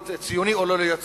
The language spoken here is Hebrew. להיות ציוני או לא להיות ציוני,